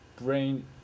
brain